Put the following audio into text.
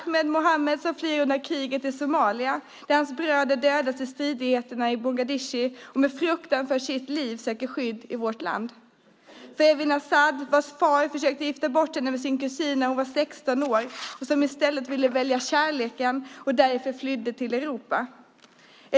Ahmed Mohammed flyr undan kriget i Somalia, där hans bröder dödats i stridigheter i Mogadishu, och med fruktan för sitt liv söker han skydd i vårt land. Evin Azad, vars far försökte gifta bort henne med en kusin när hon var 16 år och som i stället ville välja kärleken, flydde därför till Europa.